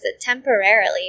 temporarily